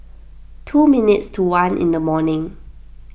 two minutes to one in the morning